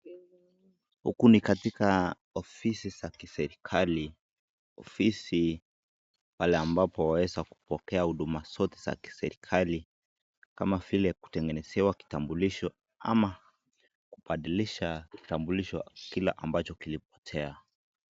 Huku ni katika ofisi za kiserikali , ofisi pahali ambapo waweza kupokea huduma zote za kiserikali kama vile kutengenezewa kitambulisho ama kubadilisha kitambulisho kile ambacho kilipotea.